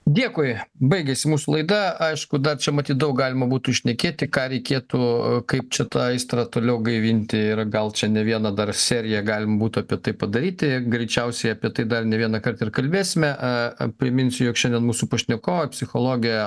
dėkuj baigėsi mūsų laida aišku dar čia matyt daug galima būtų šnekėti ką reikėtų kaip čia tą aistrą toliau gaivinti ir gal čia ne vieną dar seriją galima būtų apie tai padaryti greičiausiai apie tai dar ne vienąkart ir kalbėsime priminsiu jog šiandien mūsų pašnekovė psichologė